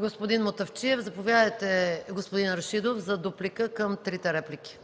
господин Мутафчиев. Заповядайте, господин Рашидов, за дуплика към трите реплики.